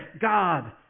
God